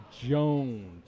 Jones